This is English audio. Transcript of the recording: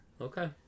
okay